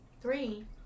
three